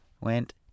went